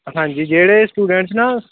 ਹਾਂਜੀ ਜਿਹੜੇ ਸਟੂਡੈਂਟਸ ਨਾ